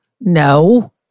no